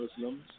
Muslims